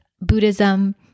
Buddhism